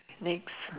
next